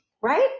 right